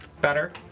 Better